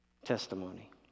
testimony